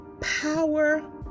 Power